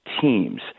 teams